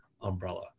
umbrella